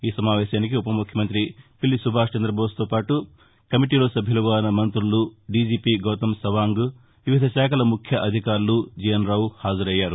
ఈ సమావేశానికి ఉపముఖ్యమంత్రి పిల్లి సుభాష్ చంద్రబోస్తో పాటు కమిటీలో సభ్యులుగా ఉన్న మంత్రులు దీజీపీ గౌతమ్ సవాంగ్ వివిధ శాఖల ముఖ్య అధికారులు జీఎస్ రావు హాజరయ్యారు